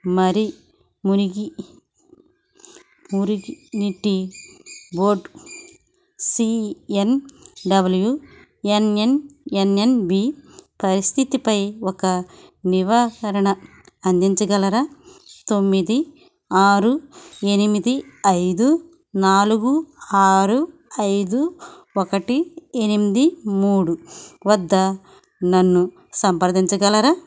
మరి మునిగి మురుగు నీటి board C N W N N N B పరిస్థితిపై ఒక నవీకరణను అందించగలరా తొమ్మిది ఆరు ఎనిమిది ఐదు నాలుగు ఆరు ఐదు ఒకటి ఎనిమిది మూడు వద్ద నన్ను సంప్రదించగలరా